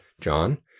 John